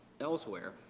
elsewhere –